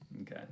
Okay